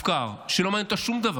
מופקר, שלא מעניין אותו שום דבר,